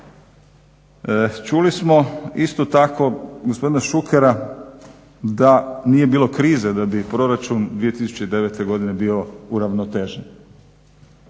Čuli smo isto tako gospodina Šukera da nije bilo krize da bi proračun 2009.godine bio uravnotežen